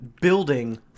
building